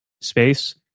space